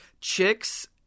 Chicks